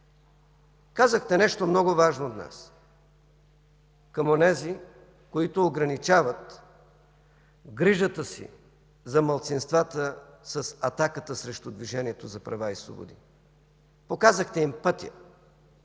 Казахте нещо много важно днес към онези, които ограничават грижата си за малцинствата с атаката срещу Движението за права и свободи. Показахте им пътя,